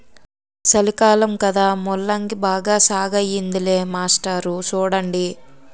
సలికాలం కదా ముల్లంగి బాగా సాగయ్యిందిలే మాస్టారు సూడండి